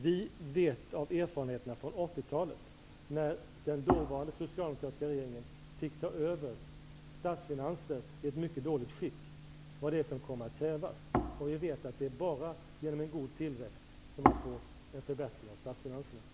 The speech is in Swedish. Vi vet av erfarenheterna från 80-talet, när den dåvarande socialdemokratiska regeringen fick ta över statsfinanser i ett mycket dåligt skick, vad det är som kommer att krävas. Vi vet att det är bara genom en god tillväxt som man får en förbättring av statsfinanserna.